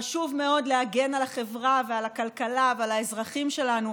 חשוב מאוד להגן על החברה ועל הכלכלה ועל האזרחים שלנו.